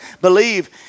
believe